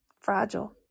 fragile